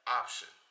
option